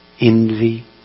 envy